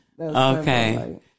okay